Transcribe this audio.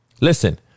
Listen